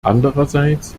andererseits